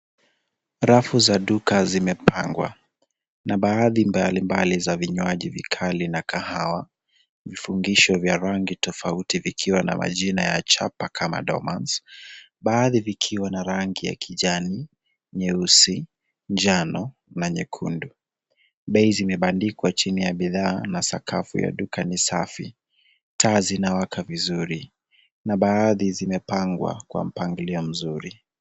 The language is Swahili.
Rafu za duka zimepangwa na baadhi mbalimbali za vinywaji vikali na kahawa, vifungishio vya rangi tofauti vikiwa na majina ya chapa kama Dormans, baadhi vikiwa na rangi ya kijani, nyeusi, njano na nyekundu. Bei zimebandikwa chini ya bidhaa na sakafu ya duka ni safi. Taa zinawaka vizuri na baadhi zimepangwa kwa mpangilio mzuri.